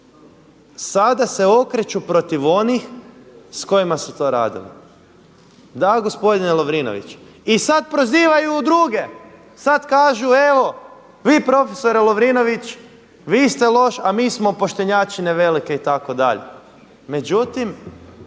sada se okreću protiv onih s kojima su to radili. Da gospodine Lovrinoviću i sada prozivaju druge, sada kažu evo vi profesore Lovrinović vi ste loš, a mi smo poštenjačine velike itd. Međutim